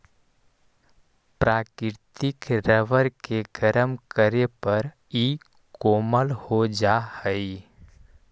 प्राकृतिक रबर के गरम करे पर इ कोमल हो जा हई